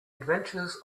adventures